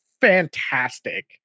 fantastic